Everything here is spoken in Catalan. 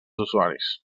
usuaris